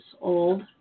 old